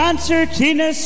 Concertina